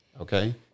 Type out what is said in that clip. Okay